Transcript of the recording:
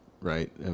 right